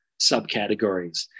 subcategories